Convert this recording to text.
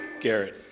Garrett